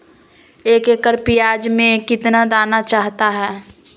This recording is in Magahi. एक एकड़ प्याज में कितना दाना चाहता है?